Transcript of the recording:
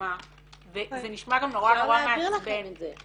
סיסמה וזה נשמע גם נורא מעצבן -- אפשר להעביר לכם את זה.